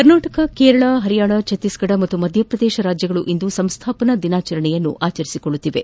ಕರ್ನಾಟಕ ಕೇರಳ ಹರಿಯಾಣ ಛತ್ತೀಸ್ಫಡ ಮತ್ತು ಮಧ್ಯಪ್ರದೇಶ ರಾಜ್ಗಳು ಇಂದು ಸಂಸ್ಥಾಪನಾ ದಿನಾಚರಣೆಯನ್ನು ಆಚರಿಸಿಕೊಳ್ದುತ್ತಿವೆ